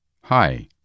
hi